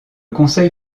conseil